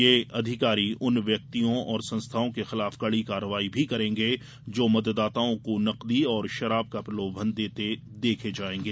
ये अधिकारी उन व्यक्तियों और संस्थाओं के खिलाफ कड़ी कार्रवाई भी करेंगे जो मतदाताओं को नकदी और शराब का प्रलोभन देते देखे जाएंगे